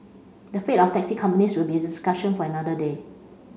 the fate of taxi companies will be a discussion for another day